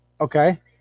Okay